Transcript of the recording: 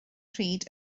pryd